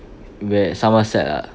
where somerset ah